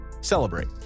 celebrate